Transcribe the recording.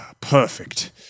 perfect